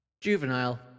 Juvenile